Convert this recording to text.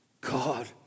God